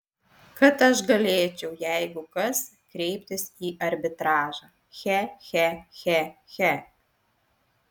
kad aš galėčiau jeigu kas kreiptis į arbitražą che che che che